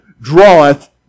draweth